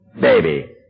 Baby